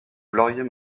glorieux